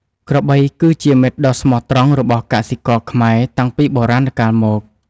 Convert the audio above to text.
ក្របីគឺជាមិត្តដ៏ស្មោះត្រង់របស់កសិករខ្មែរតាំងពីបុរាណកាលមក។